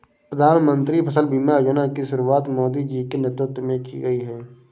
प्रधानमंत्री फसल बीमा योजना की शुरुआत मोदी जी के नेतृत्व में की गई है